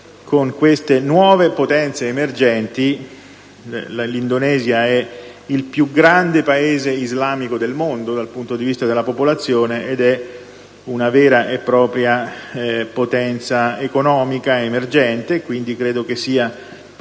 con queste nuove potenze emergenti. L'Indonesia è il più grande Paese islamico del mondo dal punto di vista della popolazione ed è una vera e propria potenza economica emergente. Quindi credo che sia assolutamente